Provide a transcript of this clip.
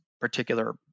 particular